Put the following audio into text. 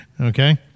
Okay